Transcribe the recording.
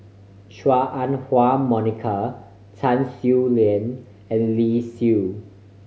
Chua Ah Huwa Monica Tan Swie and Lee